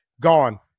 Gone